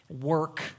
work